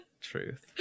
truth